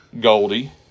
Goldie